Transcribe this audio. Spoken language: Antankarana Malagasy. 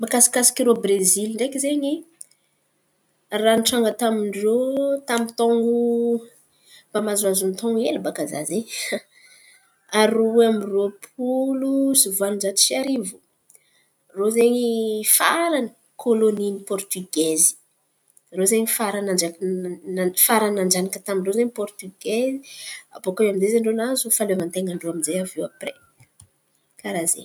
Mahakasikasika irô Brezily ndraiky izen̈y, raha nitranga tamin-drô tamin’ny tôn̈o mba nahazohazo tôn̈o hely baka za izen̈y aro ambin’ny roam-polo sivin-jato sy arivo. Rô zen̈y farany kôlônin’ny pôrtogaizy, irô zen̈y farany nanjana- farany nananjanaka tamin-drô izen̈y pôrtogay baka iô amizay nahazo fifahaleovanten̈an-drô aminjay apre karà zen̈y.